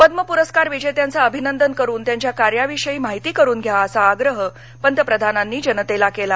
पद्म प्रस्कार विजेत्यांचं अभिनंदन करून त्यांच्या कार्याविषयी माहिती करून घ्या असा आग्रह पंतप्रधानांनी जनतेला केला